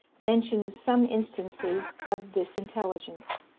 mentions some instances of this intelligence.